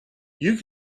you